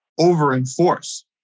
over-enforce